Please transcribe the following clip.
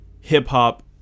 hip-hop